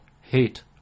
hate